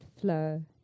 flow